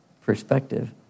perspective